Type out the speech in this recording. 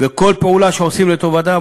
וכל פעולה שעושים לטובתה,